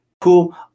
Cool